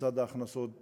בצד ההכנסות